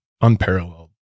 unparalleled